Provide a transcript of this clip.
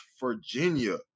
Virginia